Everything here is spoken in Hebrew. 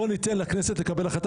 בואו ניתן לכנסת לקבל החלטה.